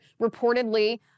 reportedly